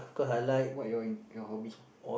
what your your hobby